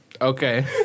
Okay